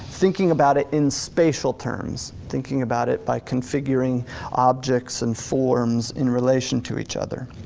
thinking about it in spatial terms, thinking about it by configuring objects and forums in relation to each other.